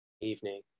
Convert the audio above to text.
evening